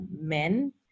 men